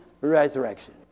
resurrection